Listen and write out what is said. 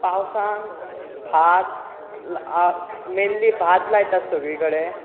पावसांत भात मेनली भात लायतात सगळे कडेन